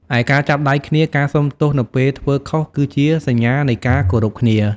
ឯ ការចាប់ដៃគ្នា ការសុំទោសនៅពេលធ្វើខុស គឺជាសញ្ញានៃការគោរពគ្នា។